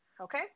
okay